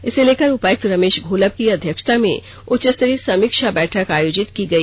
इसे लेकर उपायुक्त रमेश घोलप की अध्यक्षता में उच्चस्तरीय समीक्षा बैठक आयोजित की गई